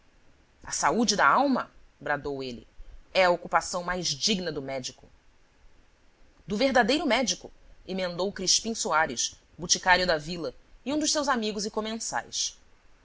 a saúde da alma bradou ele é a ocupação mais digna do médico do verdadeiro médico emendou crispim soares boticário da vila e um dos seus amigos e